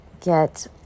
get